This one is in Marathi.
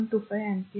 25 अँपिअर आहे